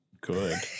good